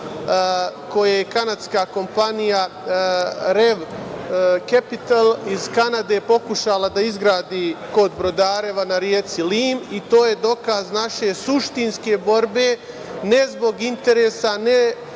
koje je kanadska kompanija "Rev kapitel" iz Kanade pokušala da izgradi kod Brodareva na reci Lim i to je dokaz naše suštinske borbe, ne zbog interesa, ne